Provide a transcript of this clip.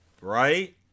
right